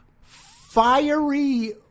Fiery